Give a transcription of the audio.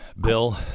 Bill